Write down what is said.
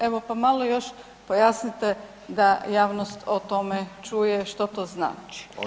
Evo pa malo još pojasnite da javnost o tome čuje što to znači.